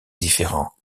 différent